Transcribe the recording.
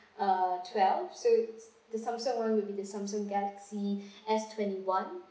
uh twelve so the Samsung [one] would be the Samsung galaxy S twenty-one